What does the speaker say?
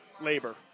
labor